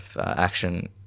action